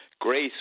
grace